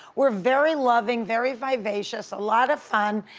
we're very loving, very vivacious, a lot of fun,